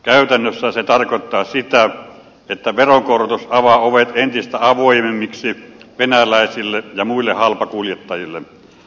käytännössä se tarkoittaa sitä että veronkorotus avaa ovet entistä avoimemmiksi venäläisille ja muille halpakuljettajille